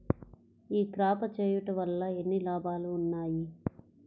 ఈ క్రాప చేయుట వల్ల ఎన్ని లాభాలు ఉన్నాయి?